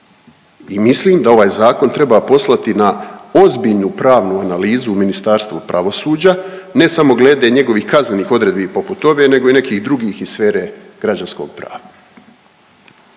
I mislim da ovaj zakon treba poslati na ozbiljnu pravnu analizu u Ministarstvu pravosuđa ne samo glede njegovih kaznenih odredbi poput ove nego i nekih dugih iz sfere građanskog prava.